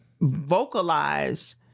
vocalize